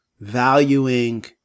valuing